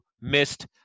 missed